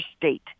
state